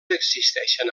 existeixen